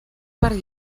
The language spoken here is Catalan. per